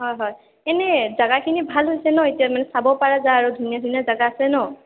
হয় হয় এনেই জাগাখিনি ভাল হৈছে ন' এতিয়া মানে চাব পৰা যায় আৰু ধুনীয়া ধুনীয়া জাগা আছে ন